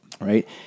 right